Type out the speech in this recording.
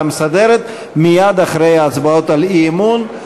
המסדרת מייד אחרי ההצבעות על האי-אמון,